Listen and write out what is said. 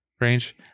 range